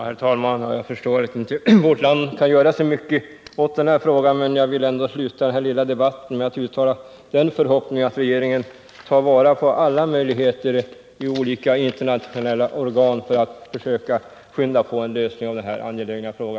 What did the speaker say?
Herr talman! Jag förstår att vårt land inte kan göra så mycket åt denna fråga. Men jag vill ändå sluta den här lilla debatten med att uttala förhoppningen att regeringen tar vara på alla möjligheter i olika internationella organ för att försöka påskynda en lösning av denna angelägna fråga.